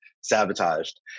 sabotaged